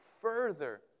further